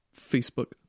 Facebook